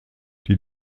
die